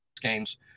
games